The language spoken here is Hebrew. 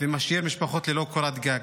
ומשאיר משפחות ללא קורת גג.